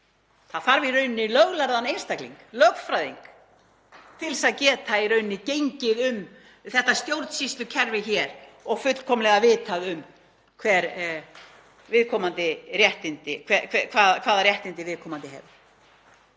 Það þarf í rauninni löglærðan einstakling, lögfræðing, til að geta gengið um þetta stjórnsýslukerfi hér og fullkomlega vitað hvaða réttindi viðkomandi hefur.